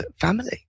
family